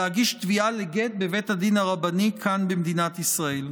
להגיש תביעה לגט בבית הדין הרבני כאן במדינת ישראל.